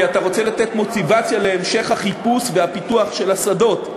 כי אתה רוצה לתת מוטיבציה להמשך החיפוש והפיתוח של השדות,